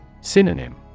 Synonym